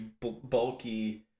bulky